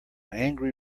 angry